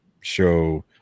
show